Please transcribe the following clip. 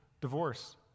divorce